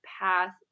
path